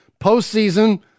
Postseason